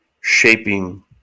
shaping